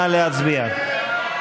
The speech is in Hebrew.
נא להצביע.